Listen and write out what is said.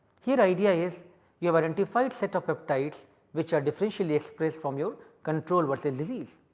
here idea is you have identified set of peptides which are differentially expressed from your control versus disease.